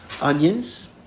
onions